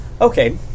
Okay